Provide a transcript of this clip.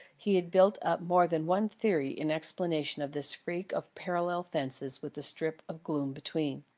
he had built up more than one theory in explanation of this freak of parallel fences with the strip of gloom between.